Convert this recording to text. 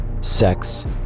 sex